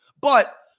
but-